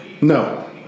No